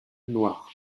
noir